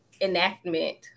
enactment